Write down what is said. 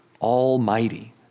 Almighty